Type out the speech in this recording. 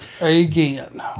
Again